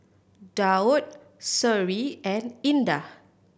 Daud Seri and Indah